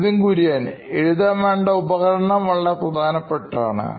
Nithin Kurian COO Knoin Electronics എഴുതാൻ വേണ്ട ഉപകരണം വളരെ പ്രധാനപ്പെട്ടതാണ്